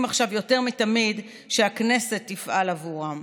עכשיו יותר מתמיד שהכנסת תפעל עבורם.